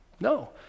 No